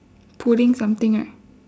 pulling something right